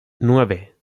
nueve